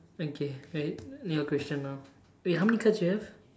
okay right new question now eh how many cards you have